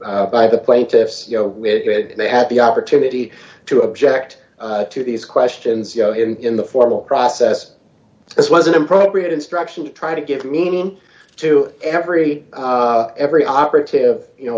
by the plaintiffs you know they had the opportunity to object to these questions you know in the formal process this was an appropriate instruction to try to give meaning to every every operative you know